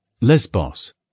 Lesbos